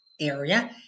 area